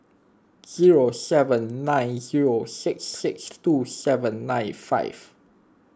zero seven nine zero six six two seven nine five